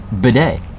Bidet